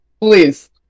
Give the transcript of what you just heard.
Please